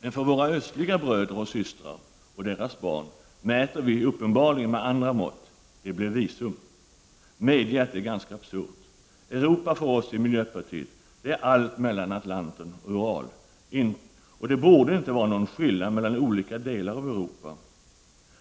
När det gäller våra östliga bröder och systrar och deras barn mäter vi uppenbarligen med andra mått — det blir visum. Medge att det är absurt. Europa för oss i miljöpartiet är allt mellan Atlanten och Ural. Det borde inte vara någon skillnad mellan olika delar av Europa